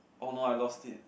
oh no I lost it